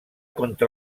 contra